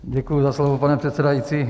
Děkuji za slovo, pane předsedající.